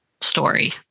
story